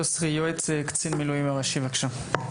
יוסרי, יועץ לקצין מילואים ראשי בבקשה.